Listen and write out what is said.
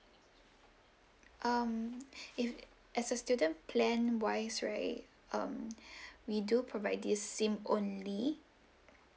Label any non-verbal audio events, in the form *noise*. um *breath* if as a student plan wise right um *breath* we do provide this sim only